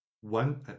one